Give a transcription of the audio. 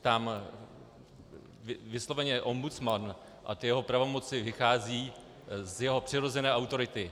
Tam vysloveně ombudsman a jeho pravomoci vycházejí z jeho přirozené autority.